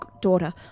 daughter